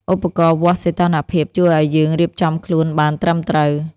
ឧបករណ៍វាស់សីតុណ្ហភាពជួយឱ្យយើងរៀបចំខ្លួនបានត្រឹមត្រូវ។